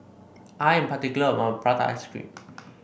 I am particular about Prata Ice Cream